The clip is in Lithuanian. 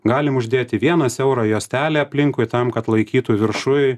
galim uždėti vieną siaurą juostelę aplinkui tam kad laikytų viršuj